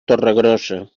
torregrossa